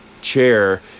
chair